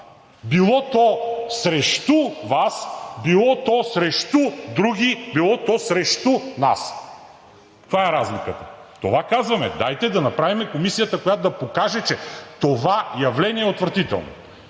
било то срещу Вас, било то срещу други, било то срещу нас. Това е разликата. Това казваме – дайте да направим комисия, която да покаже, че това явление е отвратително.